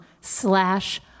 slash